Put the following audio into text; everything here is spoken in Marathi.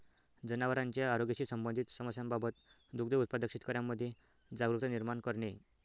जनावरांच्या आरोग्याशी संबंधित समस्यांबाबत दुग्ध उत्पादक शेतकऱ्यांमध्ये जागरुकता निर्माण करणे